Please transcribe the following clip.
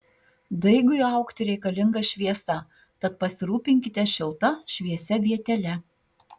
daigui augti reikalinga šviesa tad pasirūpinkite šilta šviesia vietele